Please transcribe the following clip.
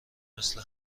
مثل